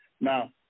Now